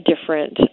different